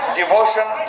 devotion